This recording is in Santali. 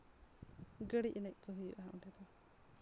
ᱜᱟᱹᱲᱤ ᱮᱱᱮᱡ ᱠᱚᱦᱟᱸᱜ ᱦᱩᱭᱩᱜᱼᱟ ᱚᱸᱰᱮ ᱫᱚ